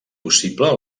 possible